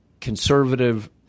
conservative